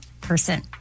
person